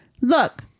Look